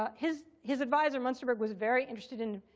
ah his his advisor munsterberg was very interested in